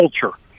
culture